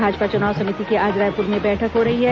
भाजपा चुनाव समिति की आज रायपुर में बैठक हो रही है